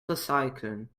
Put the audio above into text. recyceln